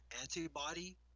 antibody